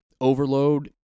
Overload